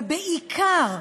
ובעיקר,